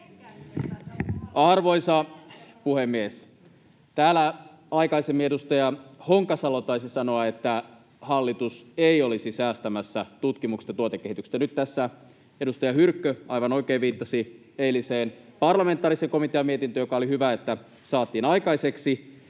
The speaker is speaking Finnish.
Arvoisa puhemies! Täällä aikaisemmin edustaja Honkasalo taisi sanoa, että hallitus ei olisi säästämässä tutkimuksesta ja tuotekehityksestä, ja nyt tässä edustaja Hyrkkö, aivan oikein, viittasi eiliseen parlamentaarisen komitean mietintöön, joka oli hyvä, että saatiin aikaiseksi.